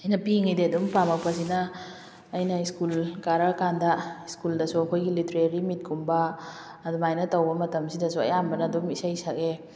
ꯑꯩꯅ ꯄꯤꯛꯂꯤꯉꯩꯗꯩ ꯑꯗꯨꯝ ꯄꯥꯝꯃꯛꯄꯁꯤꯅ ꯑꯩꯅ ꯁ꯭ꯀꯨꯜ ꯀꯥꯔꯛꯑ ꯀꯥꯟꯗ ꯁ꯭ꯀꯨꯜꯗꯁꯨ ꯑꯩꯈꯣꯏꯒꯤ ꯂꯤꯇꯔꯦꯔꯤ ꯃꯤꯠꯀꯨꯝꯕ ꯑꯗꯨꯝꯥꯏꯅ ꯇꯧꯕ ꯃꯇꯝꯁꯤꯗꯁꯨ ꯑꯌꯥꯝꯕꯅ ꯑꯗꯨꯝ ꯏꯁꯩ ꯁꯛꯑꯦ